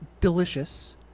delicious